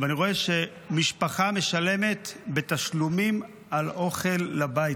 ואני רואה שמשפחה משלמת בתשלומים על אוכל לבית,